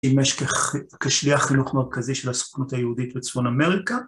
אם יש כשליח חינוך מרכזי של הסוכנות היהודית לצפון אמריקה.